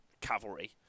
cavalry